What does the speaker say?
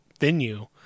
venue